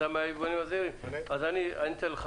אני אתן לך